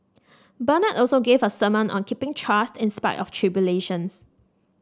bernard also gave a sermon on keeping trust in spite of tribulations